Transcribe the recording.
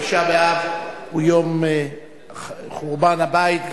תשעה באב הוא יום חורבן הבית,